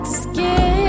skin